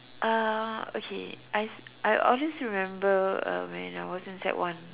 ah okay I I always remember uh when I was in sec one